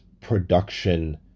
production